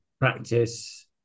practice